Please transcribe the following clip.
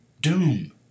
Doom